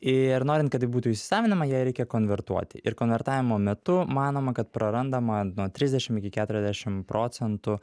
ir norint kad ji būtų įsisavinama ją reikia konvertuoti ir konvertavimo metu manoma kad prarandama nuo trisdešim iki keturiasdešim procentų